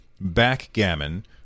Backgammon